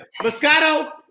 Moscato